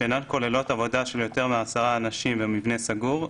שאינן כוללות עבודה של יותר מעשרה אנשים במבנה סגור,